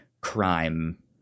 crime